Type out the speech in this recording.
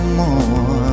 more